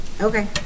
okay